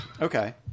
Okay